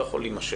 לא יכול להימשך.